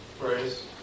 Praise